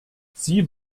sie